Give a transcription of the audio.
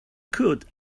could